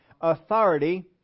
Authority